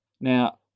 Now